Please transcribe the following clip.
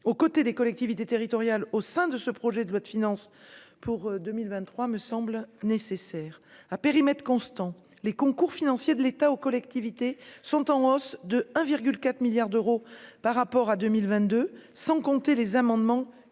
aux côtés des collectivités territoriales au sein de ce projet de loi de finances pour 2023 me semble nécessaire à périmètre constant, les concours financiers de l'État aux collectivités sont en hausse de 1,4 milliards d'euros par rapport à 2022, sans compter les amendements